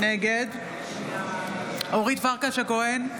נגד אורית פרקש הכהן,